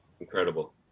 incredible